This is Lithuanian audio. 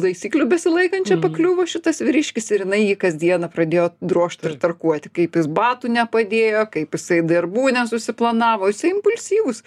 taisyklių besilaikančią pakliuvo šitas vyriškis ir jinai jį kas dieną pradėjo drožti ir tarkuoti kaip jis batų nepadėjo kaip jisai darbų nesusiplanavo jisai impulsyvus